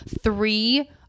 three